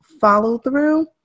follow-through